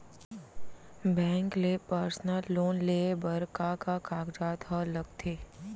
Bank ले personal loan लेये बर का का कागजात ह लगथे?